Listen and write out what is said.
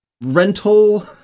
rental